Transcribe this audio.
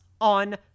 on